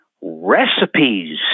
recipes